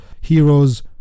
heroes